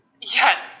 Yes